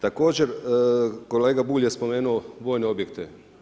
Također kolega Bulj je spomenuo vojne objekte.